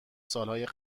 سالهای